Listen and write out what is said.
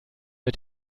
mit